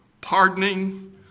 pardoning